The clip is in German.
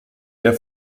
der